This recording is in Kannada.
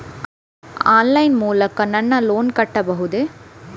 ಆನ್ಲೈನ್ ಲೈನ್ ಮೂಲಕ ಲೋನ್ ನನ್ನ ಕಟ್ಟಬಹುದೇ?